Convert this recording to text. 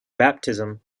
baptism